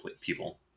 people